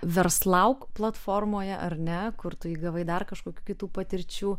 verslauk platformoje ar ne kur tu įgavai dar kažkokių kitų patirčių